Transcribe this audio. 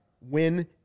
win